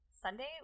Sunday